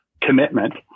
commitment